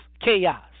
chaos